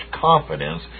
confidence